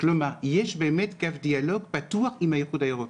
כלומר יש באמת קו דיאלוג פתוח עם האיחוד האירופאי.